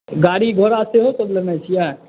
गाड़ी घोड़ा सेहो सभ लेने छियै